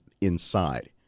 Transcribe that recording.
inside